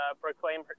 proclaim